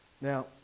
Now